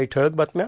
काही ठळक बातम्या